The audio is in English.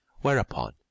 whereupon